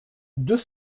deux